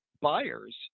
buyers